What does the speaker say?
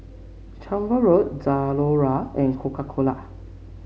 Chevrolet Zalora and Coca Cola